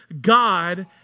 God